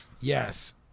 Yes